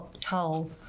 toll